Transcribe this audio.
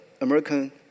American